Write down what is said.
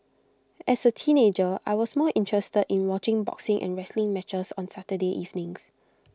as A teenager I was more interested in watching boxing and wrestling matches on Saturday evenings